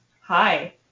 Hi